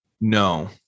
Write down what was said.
no